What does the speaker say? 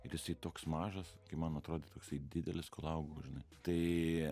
ir jisai toks mažas kai man atrodė toksai didelis kol augau žinai tai